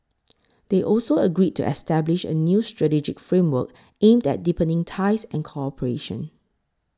they also agreed to establish a new strategic framework aimed at deepening ties and cooperation